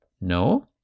no